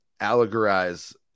allegorize